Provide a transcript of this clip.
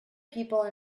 people